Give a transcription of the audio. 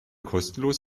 kostenlos